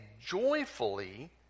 joyfully